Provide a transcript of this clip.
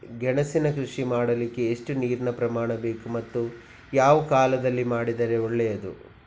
ಗೆಣಸಿನ ಕೃಷಿ ಮಾಡಲಿಕ್ಕೆ ಎಷ್ಟು ನೀರಿನ ಪ್ರಮಾಣ ಬೇಕು ಮತ್ತು ಯಾವ ಕಾಲದಲ್ಲಿ ಮಾಡಿದರೆ ಒಳ್ಳೆಯದು?